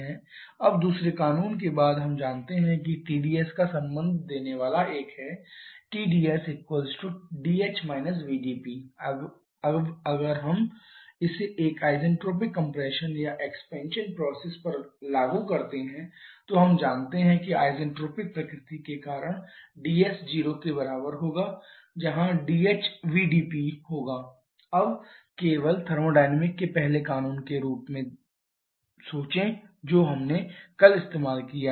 अब दूसरे कानून के बाद हम जानते हैं कि Tds का संबंध देने वाला एक था TdSdh vdP अब अगर हम इसे एक आइसेंट्रोपिक कंप्रेशन या एक्सपेंशन प्रोसेस पर लागू करते हैं तो हम जानते हैं कि आइसेंट्रोपिक प्रकृति के कारण ds 0 के बराबर है dhvdP अब केवल थर्मोडायनामिक्स के पहले कानून के रूप के बारे में सोचें जो हमने कल इस्तेमाल किया है